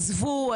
עזבו,